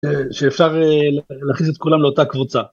שאפשר להכניס את כולם לאותה קבוצה.